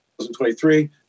2023